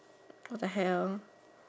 what the hell